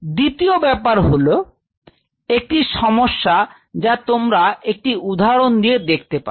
দ্বিতীয় ব্যাপার হলো একটি সমস্যা যা তোমরা একটি উদাহরণ দিয়ে দেখতে পারো